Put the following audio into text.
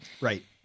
Right